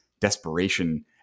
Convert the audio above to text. desperation